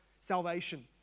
salvation